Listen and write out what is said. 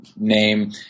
name